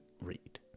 read